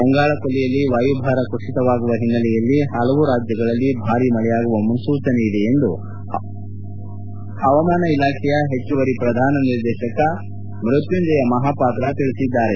ಬಂಗಾಳಕೊಲ್ಲಿಯಲ್ಲಿ ವಾಯಭಾರ ಕುಸಿತವಾಗುವ ಹಿನ್ನೆಲೆಯಲ್ಲಿ ಪಲವು ರಾಜ್ವಗಳಲ್ಲಿ ಭಾರಿ ಮಳೆಯಾಗುವ ಮುನ್ನೂಚನೆ ಇದೆ ಎಂದು ಪವಾಮಾನ ಇಲಾಖೆಯ ಪೆಚ್ಚುವರಿ ಪ್ರಧಾನ ನಿರ್ದೇಶಕ ಮೃತ್ಖುಂಜಯ ಮಪಾಪಾತ್ರ ತಿಳಿಸಿದ್ದಾರೆ